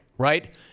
right